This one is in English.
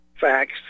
facts